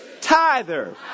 tither